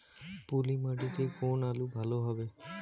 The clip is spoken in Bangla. পলি মাটিতে কোন আলু ভালো হবে?